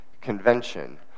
convention